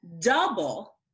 double